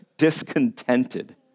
discontented